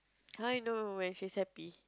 how I know when she's happy